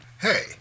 Hey